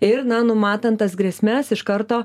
ir na numatant tas grėsmes iš karto